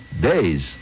days